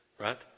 Right